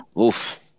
Oof